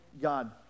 God